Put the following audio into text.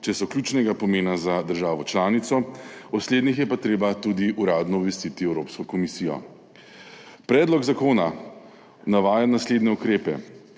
če so ključnega pomena za državo članico, o slednjih pa je treba tudi uradno obvestiti Evropsko komisijo. Predlog zakona navaja naslednje ukrepe.